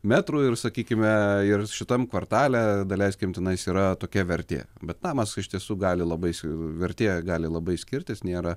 metrų ir sakykime ir šitam kvartale daleiskim tenais yra tokia vertė bet namas iš tiesų gali labai jis vertė gali labai skirtis nėra